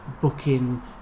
booking